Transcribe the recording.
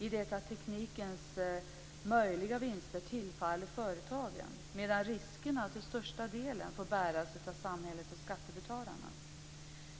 i det att teknikens möjliga vinster tillfaller företagen, medan riskerna till största delen får bäras av samhället och skattebetalarna.